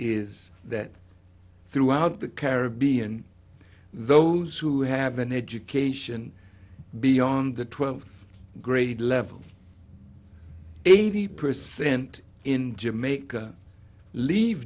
is that throughout the caribbean those who have an education beyond the twelfth grade level eighty percent in jamaica leave